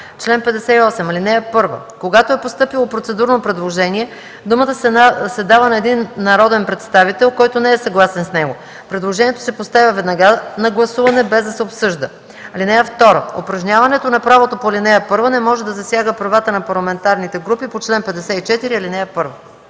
„Чл. 58. (1) Когато е постъпило процедурно предложение, думата се дава на един народен представител, който не е съгласен с него. Предложението се поставя веднага на гласуване, без да се обсъжда. (2) Упражняването на правото по ал. 1 не може да засяга правата на парламентарните групи по чл. 54, ал. 1.”